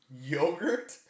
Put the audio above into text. Yogurt